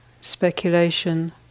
speculation